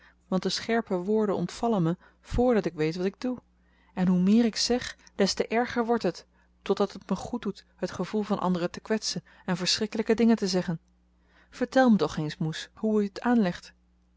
moeite want de scherpe woorden ontvallen me voordat ik weet wat ik doe en hoe meer ik zeg des te erger wordt het totdat het me goed doet het gevoel van anderen te kwetsen en verschrikkelijke dingen te zeggen vertel mij toch eens moes hoe u het aanlegt